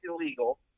illegal